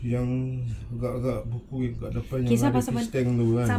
yang agak-agak buku yang kat depan ada fish tank tu kan